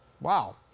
Wow